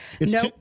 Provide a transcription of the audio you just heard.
No